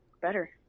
better